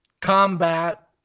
combat